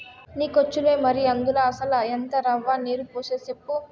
నీకొచ్చులే మరి, అందుల అసల ఎంత రవ్వ, నీరు పోసేది సెప్పు